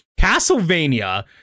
Castlevania